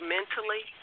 Mentally